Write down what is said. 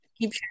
keep